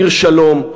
עיר שלום,